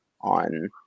on